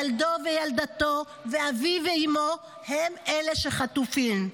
ילדו וילדתו ואביו ואמו הם הם החטופים,